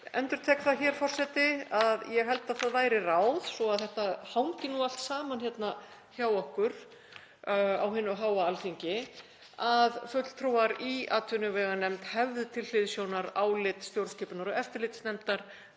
endurtek það, forseti, að ég held að það væri ráð, svo þetta hangi allt saman hérna hjá okkur á hinu háa Alþingi, að fulltrúar í atvinnuveganefnd hefðu til hliðsjónar álit stjórnskipunar- og eftirlitsnefndar